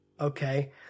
okay